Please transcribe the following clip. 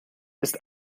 ist